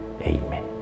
Amen